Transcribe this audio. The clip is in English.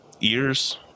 ears